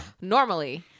Normally